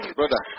Brother